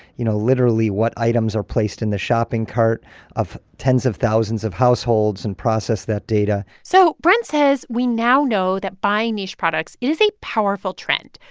you know, literally what items are placed in the shopping cart of tens of thousands of households and process that data so brent says we now know that buying niche products is a powerful trend,